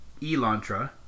Elantra